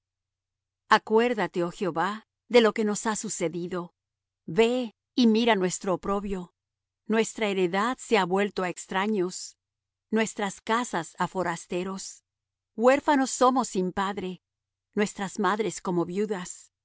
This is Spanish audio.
acuérdate oh jehová de lo que nos ha sucedido ve y mira nuestro oprobio nuestra heredad se ha vuelto á extraños nuestras casas á forasteros huérfanos somos sin padre nuestras madres como viudas